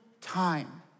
time